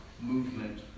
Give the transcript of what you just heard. movement